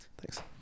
Thanks